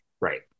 Right